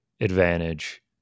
advantage